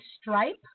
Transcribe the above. stripe